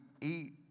eat